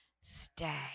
stay